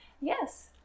Yes